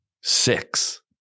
six